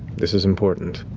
this is important.